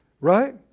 Right